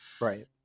Right